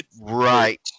right